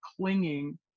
clinging